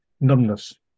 Numbness